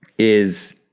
is,